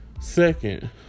Second